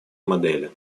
модели